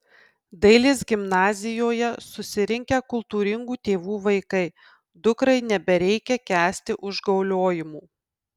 dailės gimnazijoje susirinkę kultūringų tėvų vaikai dukrai nebereikia kęsti užgauliojimų